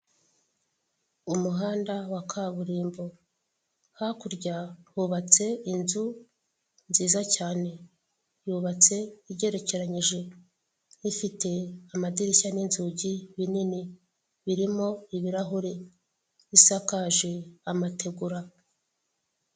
Umuhanda wa kaburimbo hakurya hubatse inzu nziza cyane yubatse igerekeranije ifite amadirishya n'inzugi binini birimo ibirahuri, isakaje amategura.